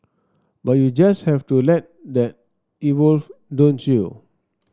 but you just have to let that evolve don't you